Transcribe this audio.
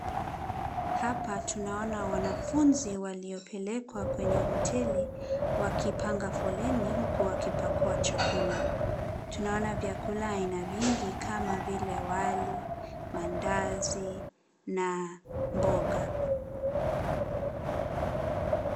Hapa tunaona wanafunzi waliopelekwa kwenye hoteli wakipanga foleni huku wakipakua chakula. Tunaona vyakula aina vingi kama vile wali, mandazi na mboga.